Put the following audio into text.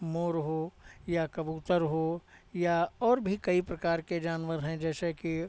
मोर हो या कबूतर हो या और भी कई प्रकार के जानवर हैं जैसे कि